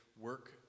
work